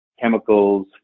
chemicals